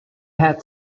had